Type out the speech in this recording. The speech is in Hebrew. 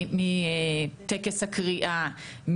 מטקס הקריאה,